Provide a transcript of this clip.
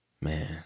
Man